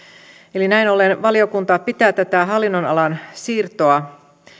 eli näin ollen valiokunta pitää tätä hallinnonalan siirtoa